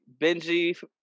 Benji